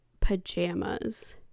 pajamas